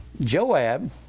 Joab